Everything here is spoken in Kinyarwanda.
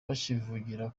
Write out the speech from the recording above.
bakivugira